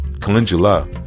calendula